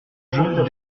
jeu